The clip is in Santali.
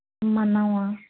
ᱢᱟᱱᱟᱣᱟ